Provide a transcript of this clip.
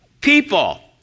people